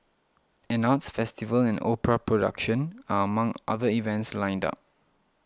an arts festival and opera production are among other events lined up